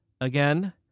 again